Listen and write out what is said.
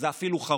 וזה אפילו חרוז.